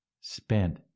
spent